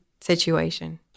situation